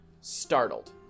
startled